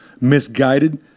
misguided